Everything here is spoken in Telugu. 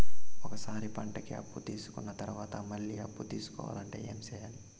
ఒక సారి పంటకి అప్పు తీసుకున్న తర్వాత మళ్ళీ అప్పు తీసుకోవాలంటే ఏమి చేయాలి?